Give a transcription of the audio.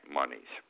monies